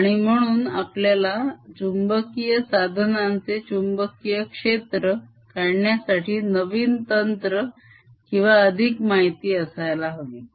आणि म्हणून आपल्याला चुंबकीय साधनांचे चुंबकीय क्षेत्र काढण्यासाठी नवीन तंत्र किंवा अधिक माहिती असायला हवी